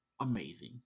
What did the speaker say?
amazing